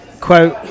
quote